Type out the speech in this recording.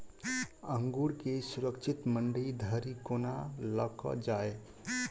अंगूर केँ सुरक्षित मंडी धरि कोना लकऽ जाय?